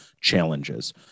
challenges